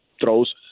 throws